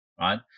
right